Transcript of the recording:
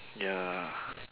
ya